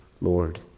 Lord